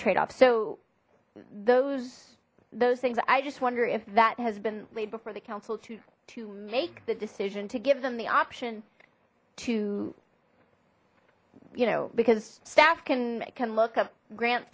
trade off so those those things i just wonder if that has been laid before the council to to make the decision to give them the option to you know because staff can can look up grant